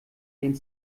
den